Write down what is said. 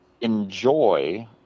enjoy